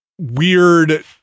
weird